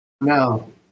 No